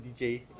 DJ